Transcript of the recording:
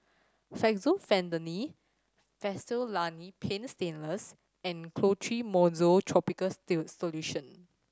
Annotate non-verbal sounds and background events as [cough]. Fexofenadine Fastellani Paint Stainless and Clotrimozole tropical [unintelligible] solution